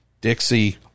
Dixie